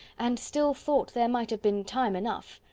and still thought there might have been time enough.